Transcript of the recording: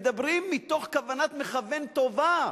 מתוך כוונת מכוון טובה,